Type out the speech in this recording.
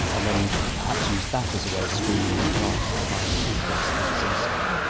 and then perhaps use that as a way of screening new drugs to try and influence the disease state.